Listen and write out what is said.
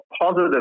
positive